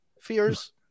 fears